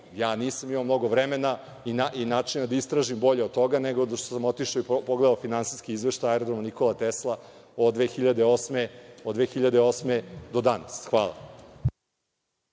to. Nisam imao mnogo vremena i načina da istražim bolje od toga, nego što sam otišao i pogledao finansijski izveštaj Aerodroma „Nikola Tesla“ od 2008. godine do danas. Hvala.